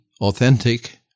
authentic